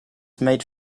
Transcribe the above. made